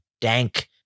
dank